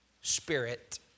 spirit